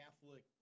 Catholic